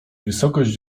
wysokość